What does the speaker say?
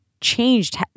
changed